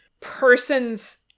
person's